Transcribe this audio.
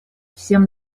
всем